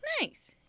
nice